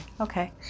Okay